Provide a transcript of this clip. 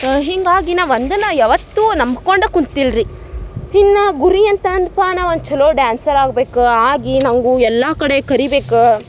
ಹೀಗಾಗಿ ನಾ ಒಂದನ ಯಾವತ್ತೂ ನಂಬ್ಕೊಂಡ ಕುಂತಿಲ್ಲ ರೀ ಇನ್ನಾ ಗುರಿ ಎಂತ ಅಂದ್ಪ ನಾ ಒಂದು ಛಲೋ ಡ್ಯಾನ್ಸರ್ ಆಗಬೇಕು ಆಗಿ ನನಗೂ ಎಲ್ಲಾ ಕಡೆ ಕರಿಬೇಕು